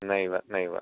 नैव नैव